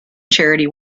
charity